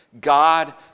God